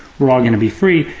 we're all gonna be free,